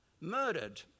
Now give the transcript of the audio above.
murdered